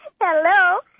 Hello